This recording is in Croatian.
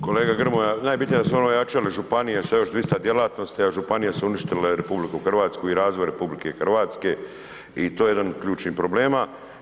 Kolega Grmoja najbitnije da su oni ojačali županije sa još 200 djelatnosti, a županije su uništile RH i razvoj RH i to je jedan od ključnih problema.